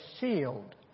sealed